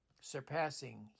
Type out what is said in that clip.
surpassing